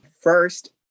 First